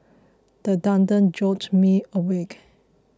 the thunder jolts me awake